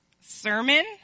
sermon